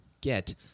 get